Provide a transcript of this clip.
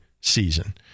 season